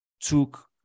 took